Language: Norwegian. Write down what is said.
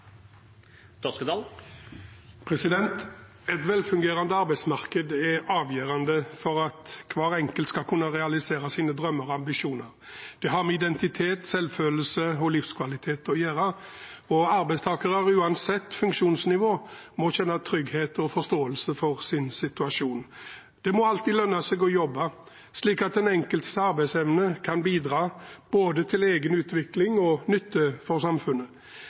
avgjørende for at hver enkelt skal kunne realisere sine drømmer og ambisjoner. Det har med identitet, selvfølelse og livskvalitet å gjøre. Arbeidstakere, uansett funksjonsnivå, må kjenne trygghet og forståelse for sin situasjon. Det må alltid lønne seg å jobbe, slik at den enkeltes arbeidsevne kan bidra både til egen utvikling og til nytte for samfunnet.